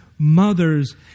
Mothers